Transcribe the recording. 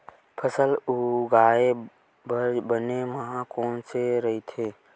फसल उगाये बर बने माह कोन से राइथे?